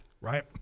right